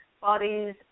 bodies